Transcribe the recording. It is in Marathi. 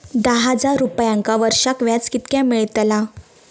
दहा हजार रुपयांक वर्षाक व्याज कितक्या मेलताला?